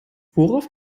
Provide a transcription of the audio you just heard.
worauf